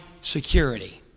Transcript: security